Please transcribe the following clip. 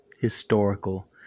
historical